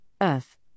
earth